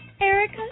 Erica